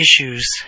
issues